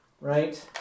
right